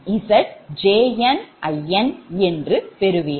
ZjnInஎன்று பெறுவீர்கள்